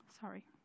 Sorry